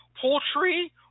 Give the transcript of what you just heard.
Poultry